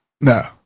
No